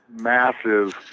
massive